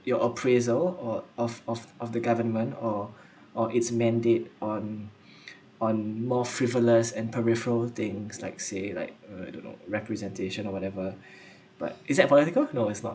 your appraisal uh of of of the government or or its mandate on on more frivolous and peripheral things like say like uh I don't know representation or whatever but it's that political no its not